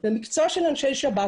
זה מקצוע של אנשי שב"ס.